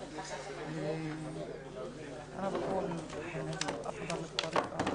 בוקר טוב לכל חברי